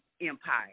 empire